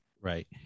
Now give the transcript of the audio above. Right